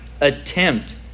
attempt